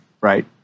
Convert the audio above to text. right